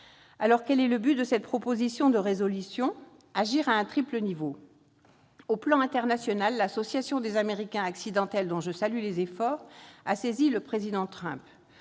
Quelle est la finalité de cette proposition de résolution ? Agir à un triple niveau. Au plan international, l'Association des « Américains accidentels », dont je salue les efforts, a saisi le président Trump.